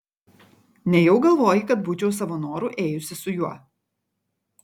nejau galvoji kad būčiau savo noru ėjusi su juo